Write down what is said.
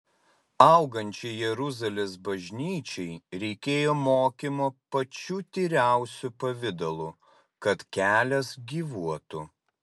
augančiai jeruzalės bažnyčiai reikėjo mokymo pačiu tyriausiu pavidalu kad kelias gyvuotų